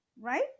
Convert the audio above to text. right